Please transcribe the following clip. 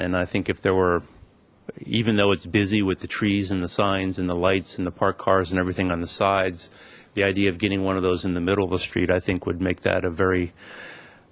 and i think if there were even though it's busy with the trees and the signs and the lights and the parked cars and everything on the sides the idea of getting one of those in the middle of the street i think would make that a very